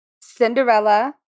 cinderella